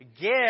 Give